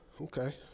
okay